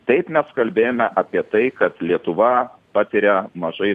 taip mes kalbėjome apie tai kad lietuva patiria mažai